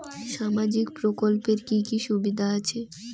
সামাজিক প্রকল্পের কি কি সুবিধা আছে?